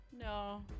No